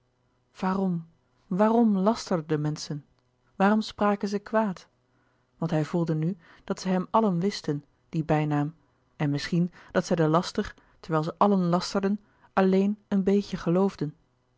waarom waarom lasterden de menschen waarom spra ken zij kwaad want hij voelde nu dat zij hem allen wisten dien bijnaam en misschien dat zij den laster terwijl zij allen lasterden allen een beetje geloofden